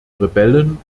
rebellen